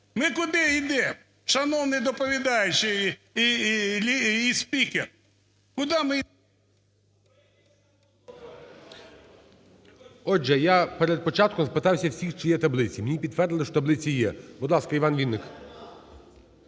Ми куди йдемо, шановний доповідаючий і спікер? Куди ми йдемо? ГОЛОВУЮЧИЙ. Отже, я перед початком спитався всіх, чи є таблиці. Мені підтвердили, що таблиці є. Будь ласка, Іван Вінник.